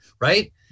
right